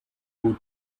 will